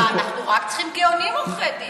מה, אנחנו רק צריכים גאונים כעורכי דין.